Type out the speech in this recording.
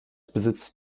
besitzt